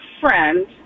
friend